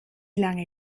lange